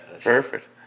Perfect